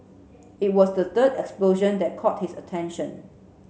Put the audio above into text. it was the third explosion that caught his attention